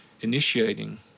initiating